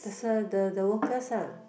the sir the the workers ah